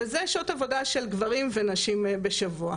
ואלה שעות עבודה של גברים ונשים בשבוע.